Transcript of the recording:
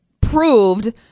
proved